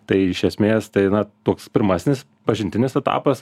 tai iš esmės tai na toks pirmasnis pažintinis etapas